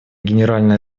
генеральной